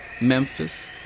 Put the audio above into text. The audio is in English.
Memphis